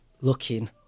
looking